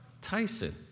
Tyson